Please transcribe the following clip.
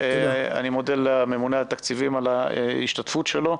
אני מודה לממונה על התקציבים על ההשתתפות שלו.